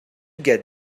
get